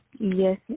Yes